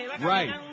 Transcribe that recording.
Right